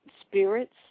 spirits